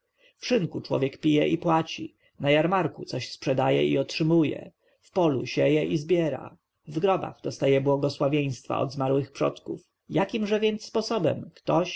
człowiek pije i płaci na jarmarku coś sprzedaje i otrzymuje w polu sieje i zbiera w grobach dostaje błogosławieństwa od zmarłych przodków jakimże więc sposobem ktoś